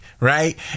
Right